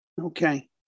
Okay